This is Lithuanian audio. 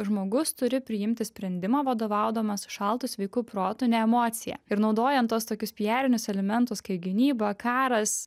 žmogus turi priimti sprendimą vadovaudamas šaltu sveiku protu ne emocija ir naudojant tuos tokius piarinius elementus kai gynyba karas